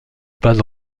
pas